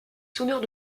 sonneurs